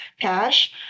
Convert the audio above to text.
cash